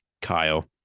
Kyle